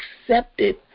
accepted